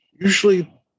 usually